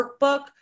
workbook